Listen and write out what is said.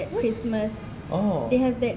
what oh